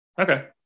Okay